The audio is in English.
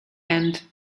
and